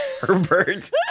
Herbert